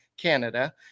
Canada